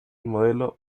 modelo